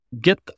get